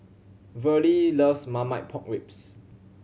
Verle loves Marmite Pork Ribs